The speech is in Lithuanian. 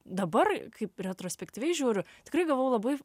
dabar kaip retrospektyviai žiūriu tikrai gavau labai